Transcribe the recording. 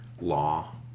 law